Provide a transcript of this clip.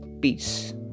Peace